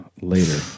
later